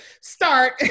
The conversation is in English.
start